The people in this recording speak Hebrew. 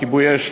לכיבוי אש,